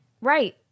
right